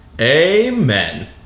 Amen